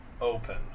open